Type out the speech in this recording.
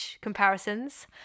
comparisons